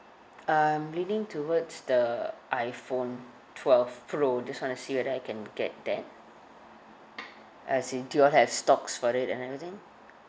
uh I'm leaning towards the iPhone twelve pro just wanna see whether I can get that as in do you all have stocks for it and everything